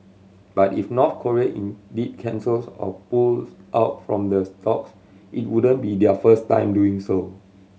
but if North Korea indeed cancels or pulls out from the stalks it wouldn't be their first time doing so